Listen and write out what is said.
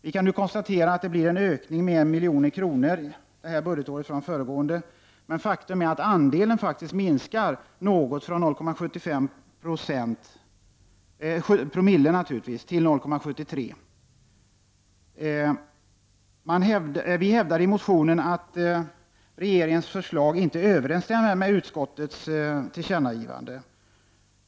Vi kan konstatera att det blir en ökning med 1 milj.kr. i jämförelse med föregående budgetår, men faktum är att andelen minskar något, från 0,75 oo till 0,73. Vi hävdar i årets motion att regeringens förslag inte överenstämmer med utskottets tillkännagivande.